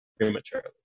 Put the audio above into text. prematurely